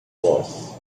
was